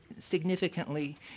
significantly